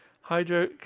hydro